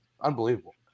unbelievable